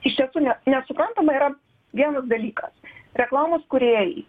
iš tiesų ne nesuprantama yra vienas dalykas reklamos kūrėjai